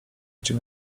gdzie